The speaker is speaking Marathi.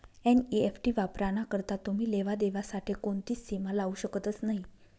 एन.ई.एफ.टी वापराना करता तुमी लेवा देवा साठे कोणतीच सीमा लावू शकतस नही